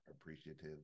appreciative